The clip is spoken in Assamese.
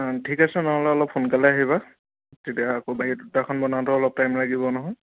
ঠিক আছে নহ'লে অলপ সোনকালে আহিবা তেতিয়া আকৌ বায়ডাটাখন বনাওঁতেও অলপ টাইম লাগিব নহয়